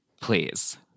please